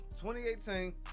2018